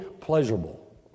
pleasurable